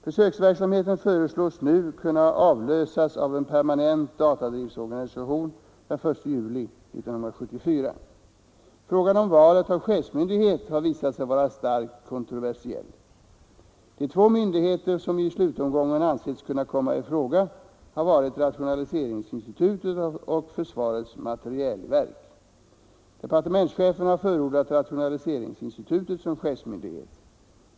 Försöksverksamheten föreslås nu kunna avlösas av en permanent datadriftorganisation den 1 juli 1974. Frågan om valet av chefsmyndighet har visat sig vara starkt kontroversiell. De två myndigheter som i slutomgången ansetts kunna komma i fråga har varit rationaliseringsinstitutet och försvarets materielverk. Departementschefen har förordat rationaliseringsinstitutet som chefsmyndighet.